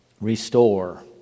restore